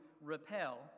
repel